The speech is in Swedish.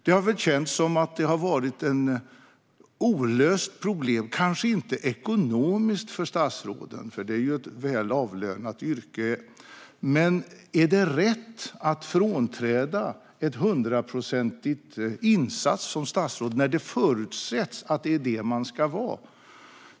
Det har känts som att detta har varit ett olöst problem. Det har kanske inte varit ett problem ekonomiskt för statsråden, för det är ju ett väl avlönat yrke, men är det rätt att frånträda en hundraprocentig insats som statsråd när det förutsätts att det är detta man ska vara?